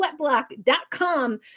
sweatblock.com